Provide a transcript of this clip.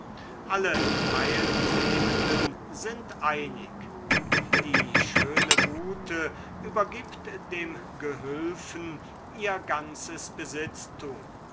alle teilnehmenden sind einig die schöne gute übergibt dem gehülfen ihr ganzes besitztum